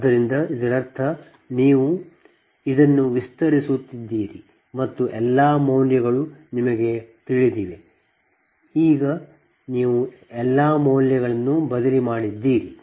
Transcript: ಆದ್ದರಿಂದ ಇದರರ್ಥ ನೀವು ಇದನ್ನು ವಿಸ್ತರಿಸುತ್ತೀರಿ ಮತ್ತು ಎಲ್ಲಾ ಮೌಲ್ಯಗಳು ನಿಮಗೆ ತಿಳಿದಿವೆ ನೀವು ಈ ಎಲ್ಲಾ ಮೌಲ್ಯಗಳನ್ನು ನೀವು ಬದಲಿ ಮಾಡಿದ್ದೀರಿ